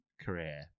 career